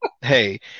hey